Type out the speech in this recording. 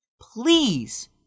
Please